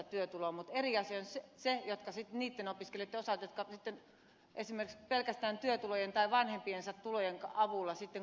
mutta eri asia on sitten niitten opiskelijoitten osalta jotka esimerkiksi pelkästään työtulojen tai vanhempiensa tulojen avulla kouluttavat itseään